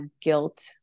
guilt